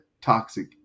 toxic